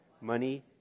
money